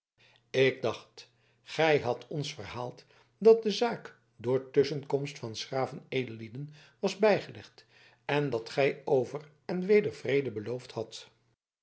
ik dacht gij hadt ons verhaald dat de zaak door tusschenkomst van s graven edellieden was bijgelegd en dat gij over en weder vrede beloofd hadt